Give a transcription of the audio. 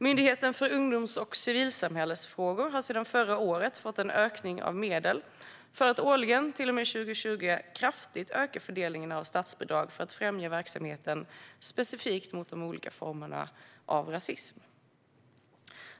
Myndigheten för ungdoms och civilsamhällesfrågor har sedan förra året fått en ökning av medel för att årligen till och med 2020 kraftigt öka fördelningen av statsbidrag för att främja verksamheten specifikt mot de olika formerna av rasism.